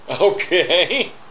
Okay